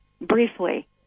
briefly